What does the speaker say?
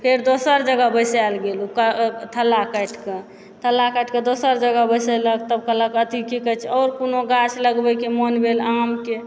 फेर दोसर जगह बैसाएल गेल ओकर थल्ला काटिके थल्ला काटिके दोसर जगह बैसेलक तभ कहलक अथि की कहै छै आओर कोनो गाछ लगबैके मोन भेल आमके